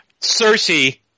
Cersei